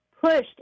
pushed